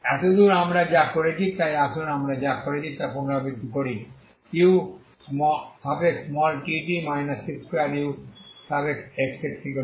এতদূর আমরা যা করেছি তাই আসুন আমরা যা করেছি তা পুনরাবৃত্তি করি utt c2uxx0